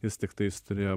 jis tiktais turėjo